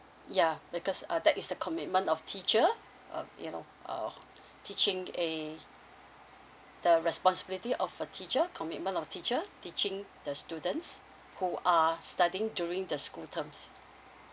ya because uh that is a commitment of teacher uh you know uh teaching a the responsibility of a teacher commitment of teacher teaching the students who are studying during the school terms